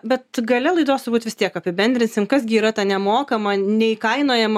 bet gale laidos turbūt vis tiek apibendrinsim kas gi yra ta nemokama neįkainojama